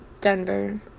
Denver